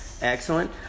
Excellent